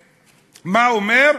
מה הוא אומר?